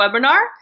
webinar